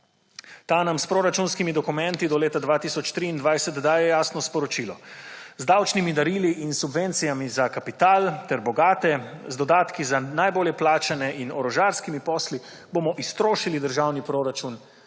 Ta nam s proračunskimi dokumenti do leta 2023 daje jasno sporočilo – z davčnimi darili in subvencijami za kapital ter bogate, z dodatki za najbolj plačane in orožarskimi posli bomo iztrošili državni proračun,